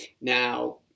Now